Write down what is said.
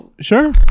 Sure